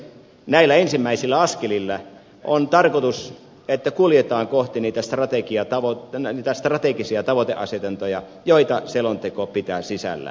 näillä ensimmäisillä askelilla on tarkoitus että kuljetaan kohti niitä strategisia tavoiteasetantoja joita selonteko pitää sisällään